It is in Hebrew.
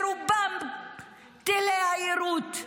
ורובם טילי היירוט,